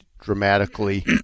dramatically